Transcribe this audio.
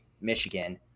Michigan